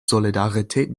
solidarität